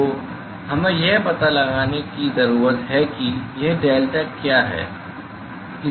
तो हमें यह पता लगाने की जरूरत है कि यह डेल्टा क्या है